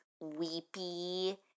weepy